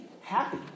happy